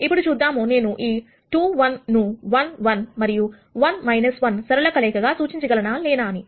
ఇప్పుడు చూద్దాం నేను ఈ 2 1 ను 1 1 మరియు 1 1 సరళ కలయికగా సూచించగలనా లేనా అని